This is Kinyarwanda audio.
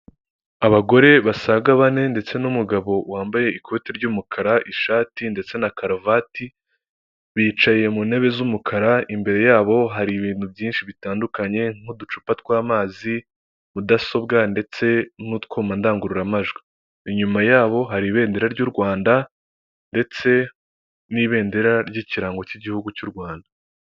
Abagore basaga bane ndetse n'umugabo wambaye ikoti ry'umukara, ishati ndetse na karuvati bicaye mu ntebe z'umukara imbere yabo hari ibintu byinshi bitandukanye nk'uducupa tw'amazi, mudasobwa ndetse n'utwuma ndangururamajwi, inyuma yabo hari ibendera ry'u Rwanda ndetse n'ibendera ry'ikirango cy'igihugu cy'u Rwanda.